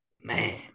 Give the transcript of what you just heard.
Man